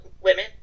women